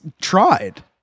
tried